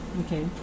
Okay